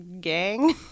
gang